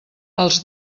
els